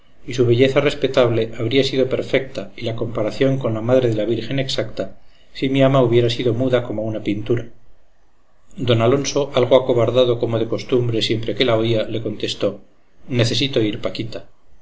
y su belleza respetable habría sido perfecta y la comparación con la madre de la virgen exacta si mi ama hubiera sido muda como una pintura d alonso algo acobardado como de costumbre siempre que la oía le contestó necesito ir paquita